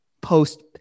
post